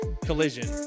collision